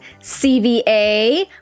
CVA